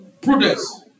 Prudence